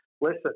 listen